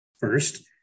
First